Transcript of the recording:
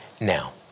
now